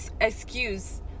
excuse